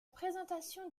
présentation